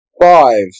Five